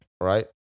right